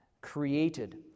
created